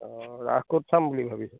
অঁ ৰাস ক'ত চাম বুলি ভাবিছ